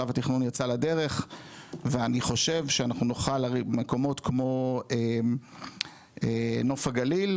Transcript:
שלב התכנון יצא לדרך ואני חושב שאנחנו נוכל להרים מקומות כמו נוף הגליל,